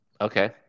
Okay